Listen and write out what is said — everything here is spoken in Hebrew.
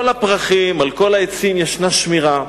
על כל הפרחים, על כל העצים ישנה שמירה,